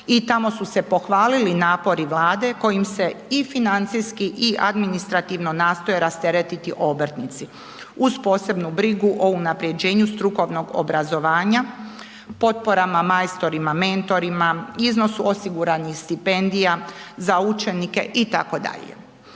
i tamo su se pohvalili napori Vlade kojim se i financijski i administrativno nastoje rasteretiti obrtnici uz posebnu brigu o unapređenju strukovnog obrazovanja potporama majstorima, mentorima, iznosu osiguranih stipendija za učenike itd.